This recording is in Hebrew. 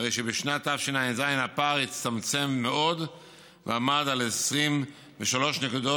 הרי שבשנת תשע"ז הפער הצטמצם מאוד ועמד על 23 נקודות,